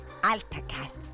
AltaCast